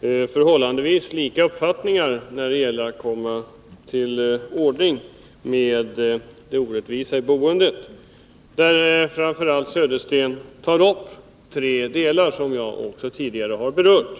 i stort sett samma uppfattning om hur man skall kunna komma till rätta med orättvisorna i boendet. Bo Södersten tar framför allt upp tre saker som jag också tidigare har berört.